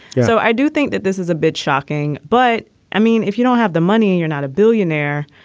so i do think that this is a bit shocking. but i mean, if you don't have the money and you're not a billionaire,